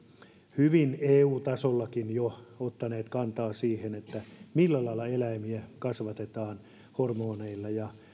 hyvin eu tasollakin jo ottaneet kantaa siihen millä lailla eläimiä kasvatetaan hormoneilla ja